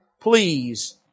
please